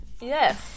Yes